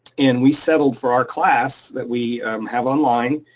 and we settled for our class that we have online,